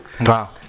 wow